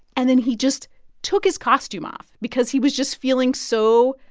and then he just took his costume off because he was just feeling so.